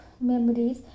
memories